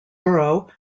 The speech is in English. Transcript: borough